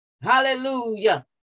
Hallelujah